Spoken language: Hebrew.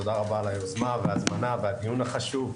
תודה רבה על היוזמה, ההזמנה והדיון החשוב.